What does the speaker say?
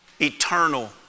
Eternal